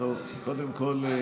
קודם כול,